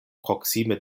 proksime